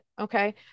okay